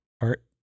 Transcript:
Art